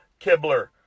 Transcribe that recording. Kibler